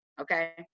Okay